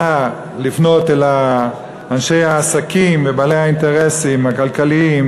לפנות לאנשי העסקים ובעלי האינטרסים הכלכליים